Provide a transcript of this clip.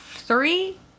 Three